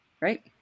Right